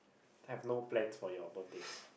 have no plans for your birthday